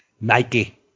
Nike